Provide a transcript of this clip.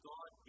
God